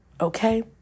Okay